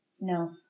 No